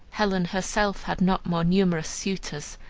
helen herself had not more numerous suitors,